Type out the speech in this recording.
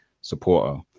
supporter